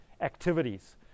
Activities